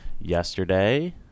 yesterday